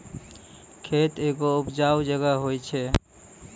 खेत एगो उपजाऊ जगह होय छै